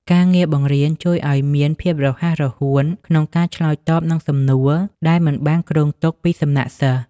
ការងារបង្រៀនជួយឱ្យអ្នកមានភាពរហ័សរហួនក្នុងការឆ្លើយតបនឹងសំណួរដែលមិនបានគ្រោងទុកពីសំណាក់សិស្ស។